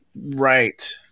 right